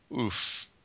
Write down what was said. Oof